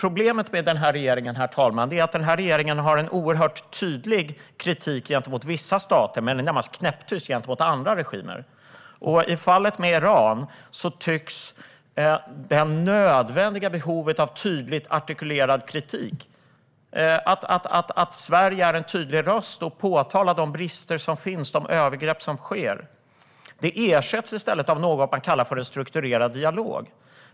Problemet med vår nuvarande regering är att den har en oerhört tydlig kritik gentemot vissa stater men är närmast knäpptyst gentemot andra regimer. I fallet med Iran tycks det nödvändiga behovet av tydligt artikulerad kritik - att Sverige är en tydlig röst och påtalar de brister som finns och de övergrepp som sker - ha ersatts av något man kallar för en strukturerad dialog.